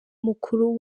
mukuru